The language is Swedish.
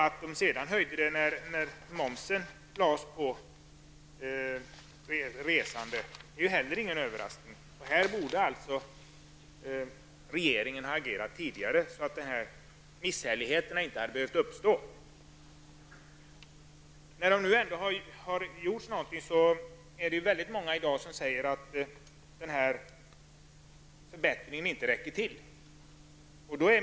Att de sedan skulle höja taxorna igen när momsen lades på resandet kan ju inte heller ha varit någon överraskning. Regeringen borde alltså ha agerat tidigare, så att de här misshälligheterna inte hade behövt uppstå. I dag, när det har gjorts någonting, är det många som säger att den förbättringen inte räcker till.